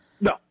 No